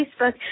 Facebook